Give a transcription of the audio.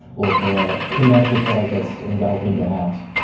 or for a commercial product that's enveloping your house.